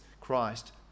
Christ